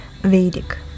Vedic